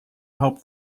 help